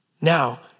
Now